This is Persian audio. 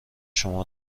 شما